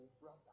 brother